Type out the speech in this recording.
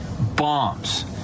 bombs